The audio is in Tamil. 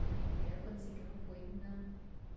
அண்ணா எப்படியாவது கொஞ்சம் சீக்கிரமாக போய்டுங்கண்ணா